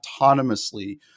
autonomously